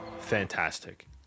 fantastic